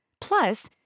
Plus